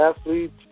athletes